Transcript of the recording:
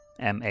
ma